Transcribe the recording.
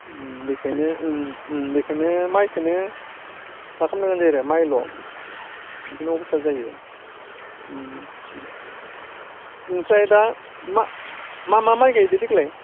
बेखायनो बेखायनो माइखोनो मा खालामनो जायो माइल' बिदिनो अबस्था जायो बिनिफ्राय दा मा मा माइ गायदो देग्लाय